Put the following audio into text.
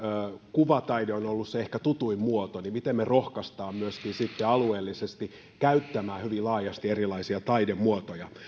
kuvataide on ollut ehkä se tutuin muoto niin miten me rohkaisemme myöskin sitten alueellisesti käyttämään hyvin laajasti erilaisia taidemuotoja